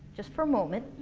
just for a moment